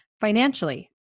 Financially